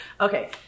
Okay